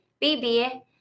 baby